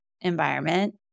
environment